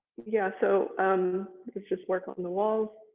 yeah, so um it's just work on the walls.